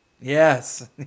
Yes